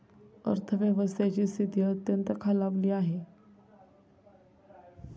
अर्थव्यवस्थेची स्थिती अत्यंत खालावली आहे